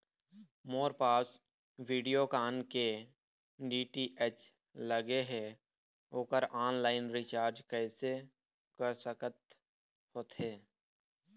मोर पास वीडियोकॉन के डी.टी.एच लगे हे, ओकर ऑनलाइन रिचार्ज कैसे कर सकत होथे?